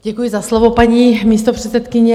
Děkuji za slovo, paní místopředsedkyně.